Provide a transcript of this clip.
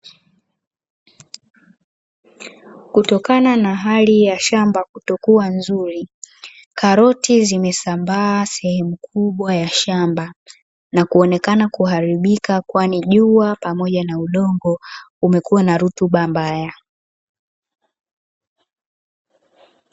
Kutokana na hali ya shamba kutokuwa nzuri, karoti zimesambaa sehemu kubwa ya shamba na kuonekana kuharibika; kwani jua pamoja na udongo umekuwa na rutuba mbaya.